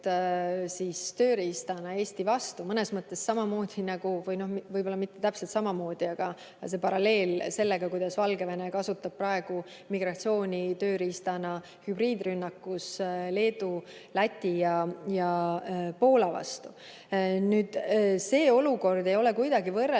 tööriistana Eesti vastu. Mõnes mõttes samamoodi ... Võib-olla mitte täpselt samamoodi, aga on paralleel sellega, kuidas Valgevene kasutab praegu migratsiooni tööriistana hübriidrünnakus Leedu, Läti ja Poola vastu. See olukord ei ole kuidagi võrreldav